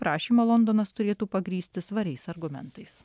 prašymą londonas turėtų pagrįsti svariais argumentais